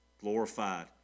glorified